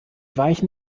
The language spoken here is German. weichen